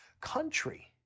country